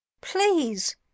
please